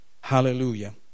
Hallelujah